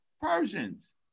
Persians